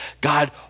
God